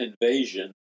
invasion